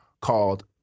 called